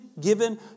given